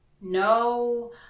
No